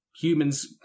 humans